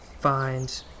find